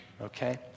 Okay